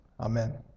Amen